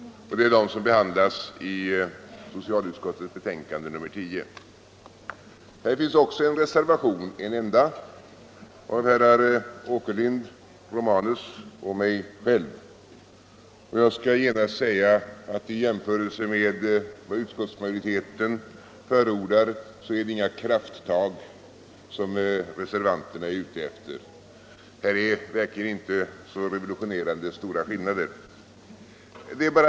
Det är de som behandlas i socialutskottets betänkande nr 10. Här finns också en enda reservation, av herrar Åkerlind, Romanus och mig. Jag skall genast säga att i jämförelse med vad utskottsmajoriteten förordar är det inga krafttag reservanterna begär. Det är verkligen inga revolutionerande stora skillnader mellan oss.